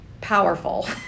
powerful